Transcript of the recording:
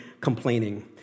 complaining